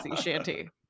Shanty